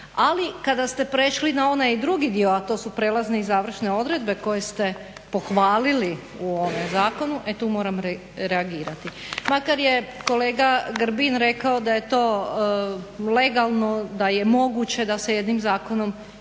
Ali kada ste prešli na onaj drugi dio, a to su prelazne i završne odredbe koje ste pohvalili u ovom zakonu e tu moram reagirati. Makar je kolega Grbin rekao da je to legalno, da je moguće da se jednim zakonom mijenjaju